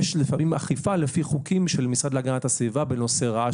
יש לפעמים אכיפה לפי חוקים של המשרד להגנת הסביבה בנושא רעש,